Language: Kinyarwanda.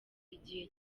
igihe